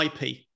IP